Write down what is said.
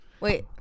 Wait